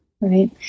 Right